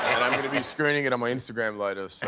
and i'm going to be screening it on my instagram later.